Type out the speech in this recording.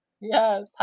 yes